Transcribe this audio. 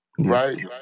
Right